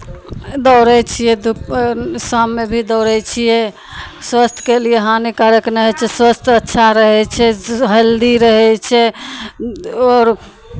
दौड़ै छियै दुप शाममे भी दौड़ै छियै स्वास्थयके लिए हानिकारक नहि होइ छै स्वास्थय अच्छा रहै छै स् हेल्दी रहै छै आओर